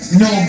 no